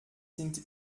sind